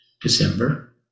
December